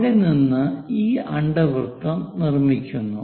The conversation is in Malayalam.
അവിടെ നിന്ന് ഈ അണ്ഡവൃത്തം നിർമ്മിക്കുന്നു